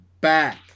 back